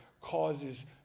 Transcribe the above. causes